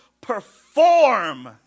perform